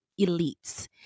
elites